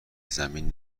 زمین